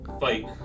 fight